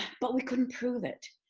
but we couldn't prove it.